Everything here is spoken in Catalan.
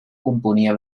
componia